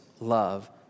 love